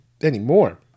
anymore